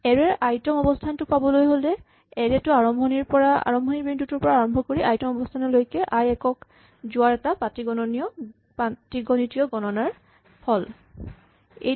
এৰে ৰ আই তম অৱস্হানটো পাবলৈ হ'লে এৰে টো ৰ আৰম্ভণিৰ বিন্দুটোৰ পৰা আৰম্ভ কৰি আই তম অৱস্হানলৈকে আই একক যোৱাৰ এটা পাটীগণিতীয় গণনাৰ প্ৰয়োজন